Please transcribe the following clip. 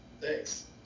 thanks